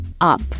up